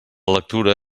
lectura